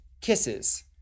kisses